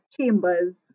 chambers